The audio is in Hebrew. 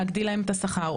להגדיל להם את השכר,